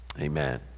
amen